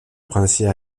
princière